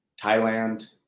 Thailand